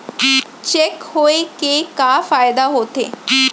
Cheque होए के का फाइदा होथे?